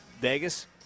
Vegas